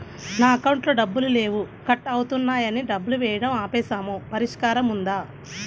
నా అకౌంట్లో డబ్బులు లేవు కట్ అవుతున్నాయని డబ్బులు వేయటం ఆపేసాము పరిష్కారం ఉందా?